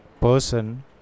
person